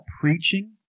preaching